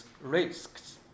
risks